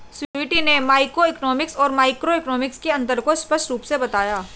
स्वीटी ने मैक्रोइकॉनॉमिक्स और माइक्रोइकॉनॉमिक्स के अन्तर को स्पष्ट रूप से बताया